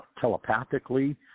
telepathically